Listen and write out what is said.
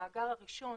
המאגר הראשון